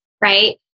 right